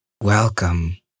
Welcome